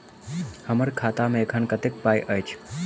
हम्मर खाता मे एखन कतेक पाई अछि?